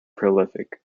prolific